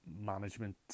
management